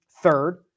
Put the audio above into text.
third